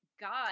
God